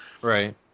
Right